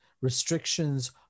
restrictions